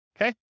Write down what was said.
okay